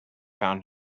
found